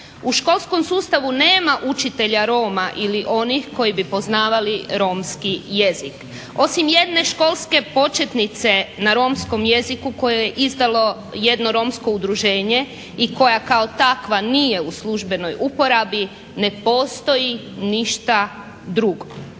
U školskom sustavu nema učitelja Roma ili onih koji bi poznavali romski jezik. Osim jedne školske početnice na romskom jeziku koje je izdalo jedno romsko udruženje i koja kao takva nije u službenoj uporabi, ne postoji ništa drugo.